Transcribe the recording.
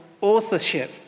authorship